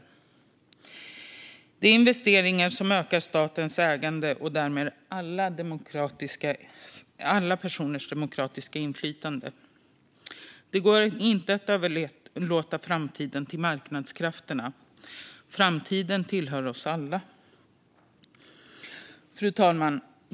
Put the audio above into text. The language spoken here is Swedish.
Det handlar om investeringar som ökar statens ägande och därmed alla personers demokratiska inflytande. Det går inte att överlåta framtiden till marknadskrafterna - framtiden tillhör oss alla. Fru talman!